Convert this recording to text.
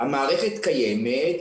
המערכת קיימת,